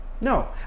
No